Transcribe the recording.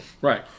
right